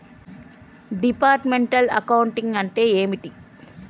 Departmental accounting అంటే ఏమిటి?